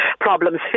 problems